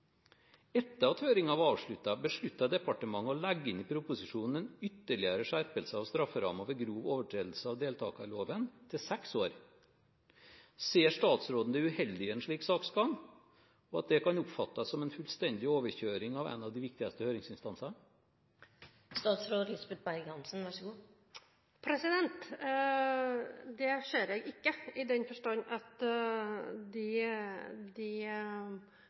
Etter at høringen var avsluttet, besluttet departementet å legge inn i proposisjonen en ytterligere skjerpelse av strafferammen ved grov overtredelse av deltakerloven til seks år. Ser statsråden det uheldige i en slik saksgang, og at det kan oppfattes som en fullstendig overkjøring av en av de viktigste høringsinstansene? Det ser jeg ikke i den forstand at de